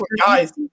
guys